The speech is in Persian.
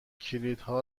کلیدها